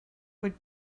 would